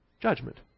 Judgment